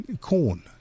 Corn